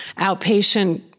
outpatient